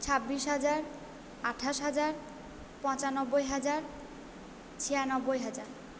ছাব্বিশ হাজার আঠাশ হাজার পঁচানব্বই হাজার ছিয়ানব্বই হাজার